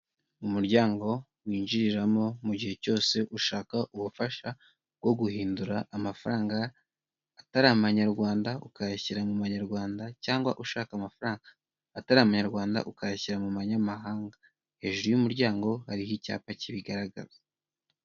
Umuryango winjiriramo mu gihe cyose ushaka ubufasha bwo guhindura amafaranga atari amanyarwanda ukayashyira mu manyarwanda cyangwa ushaka amafaranga atari amanyarwanda ukayashyira mu manyamahanga hejuru y'umuryango hati icyapa kibigaragaza.